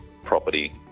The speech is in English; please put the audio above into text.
property